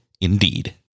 Indeed